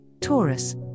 Taurus